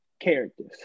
characters